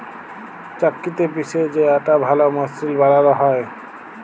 চাক্কিতে পিসে যে আটা ভাল মসৃল বালাল হ্যয়